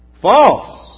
false